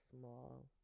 small